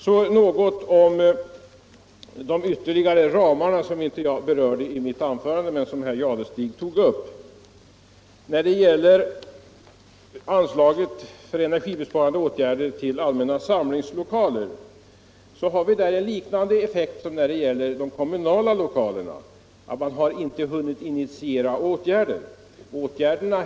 Så några ord om de ramar, som jag inte berörde i mitt anförande men som herr Jadestig tog upp. I fråga om anslaget till energibesparande åtgärder för allmänna samlingslokaler har vi en liknande effekt som när det gäller de kommunala lokalerna, nämligen att man inte har hunnit initiera några åtgärder.